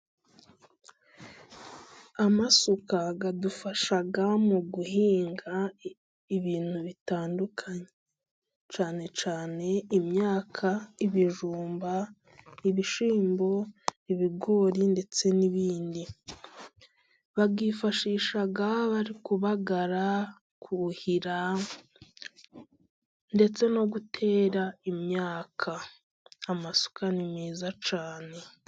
Amasuka adufasha mu guhinga ibintu bitandukanye. Cyane cyane imyaka, ibijumba, ibishyimbo, ibigori ndetse n'ibindi. Bayifashisha bari kubagara, kuhira ndetse no gutera imyaka. Amasuka ni meza cyane.